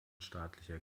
staatlicher